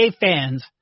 fans